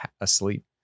asleep